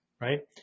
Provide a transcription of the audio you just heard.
right